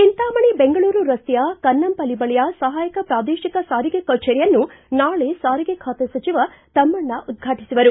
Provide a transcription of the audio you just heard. ಚಿಂತಾಮಣಿ ಬೆಂಗಳೂರು ರಸ್ತೆಯ ಕನ್ನಂಪಲ್ಲಿ ಬಳಿಯ ಸಹಾಯಕ ಪ್ರಾದೇಶಿಕ ಸಾರಿಗೆ ಕಜೇರಿಯನ್ನು ನಾಳೆ ಸಾರಿಗೆ ಖಾತೆ ಸಚಿವ ತಮ್ಮಣ್ಣ ಉದ್ಘಾಟಿಸುವರು